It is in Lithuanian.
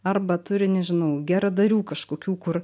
arba turi nežinau geradarių kažkokių kur